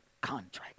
contract